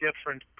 different